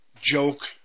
joke